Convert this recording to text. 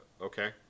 Okay